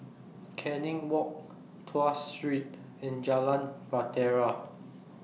Canning Walk Tuas Street and Jalan Bahtera